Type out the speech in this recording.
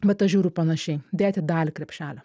bet aš žiūriu panašiai dėti dalį krepšelio